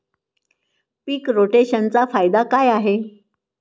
पीक रोटेशनचा फायदा काय आहे?